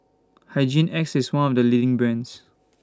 Hygin X IS one of The leading brands